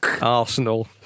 Arsenal